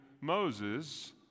Moses